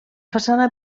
façana